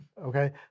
Okay